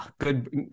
good